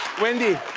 wendy,